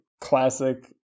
classic